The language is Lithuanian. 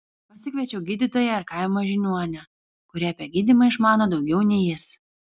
pasikviečiau gydytoją ir kaimo žiniuonę kuri apie gydymą išmano daugiau nei jis